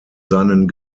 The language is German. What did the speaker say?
seinen